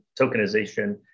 tokenization